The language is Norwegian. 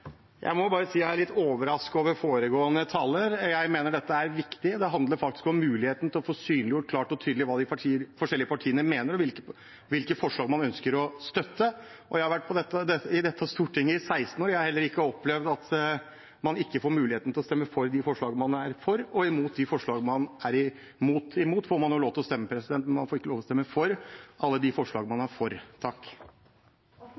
tydelig hva de forskjellige partiene mener, og hvilke forslag man ønsker å støtte. Jeg har vært på Stortinget i 16 år. Jeg har heller ikke opplevd at man ikke får mulighet til å stemme for de forslag man er for. Imot får man lov til å stemme, men man får ikke lov til å stemme for alle de forslag man